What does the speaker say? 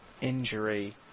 injury